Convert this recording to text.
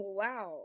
wow